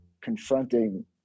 confronting